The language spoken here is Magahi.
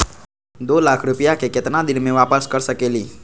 दो लाख रुपया के केतना दिन में वापस कर सकेली?